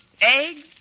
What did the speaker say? Eggs